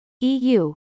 eu